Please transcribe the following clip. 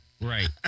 right